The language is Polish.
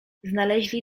znaleźli